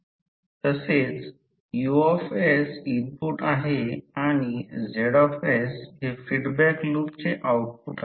येथे magnetic circuit देखील काढता येते आणि यासारखे सोडवू शकतो